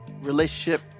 relationship